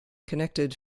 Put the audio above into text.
connected